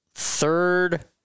third